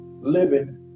living